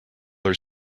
are